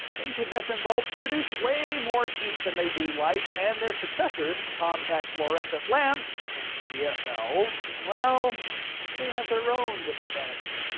incandescent bulbs produce way more heat than they do light, and their successors, compact fluorescent lamps cfls, well, they have their own disadvantages.